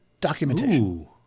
documentation